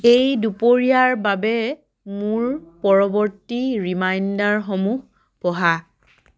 এই দুপৰীয়াৰ বাবে মোৰ পৰৱৰ্তী ৰিমাইণ্ডাৰসমূহ পঢ়া